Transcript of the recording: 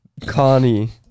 connie